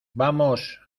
vamos